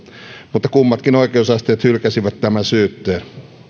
mutta kummatkin oikeusasteet hylkäsivät tämän syytteen